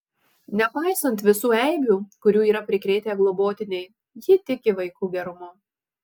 nepaisant visų eibių kurių yra prikrėtę globotiniai ji tiki vaikų gerumu